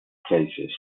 places